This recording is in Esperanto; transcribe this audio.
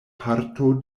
parto